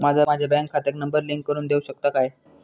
माका माझ्या बँक खात्याक नंबर लिंक करून देऊ शकता काय?